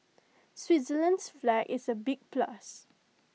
Switzerland's flag is A big plus